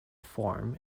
form